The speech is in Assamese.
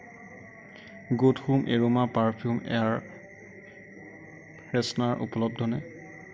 good home aroma perfume air freshener উপলব্ধ নে